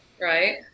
Right